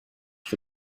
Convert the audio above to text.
for